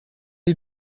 die